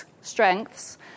strengths